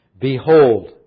Behold